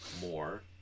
more